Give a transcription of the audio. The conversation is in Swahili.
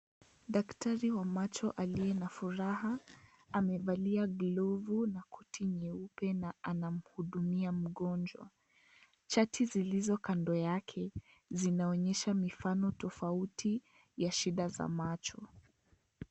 Daktari wa macho aliye na furaha, amevalia glovu na koti nyeupe na anamhudumia mgonjwa. Chart zilizo kando yake zinaonyesha mifano tofauti ya shida za macho.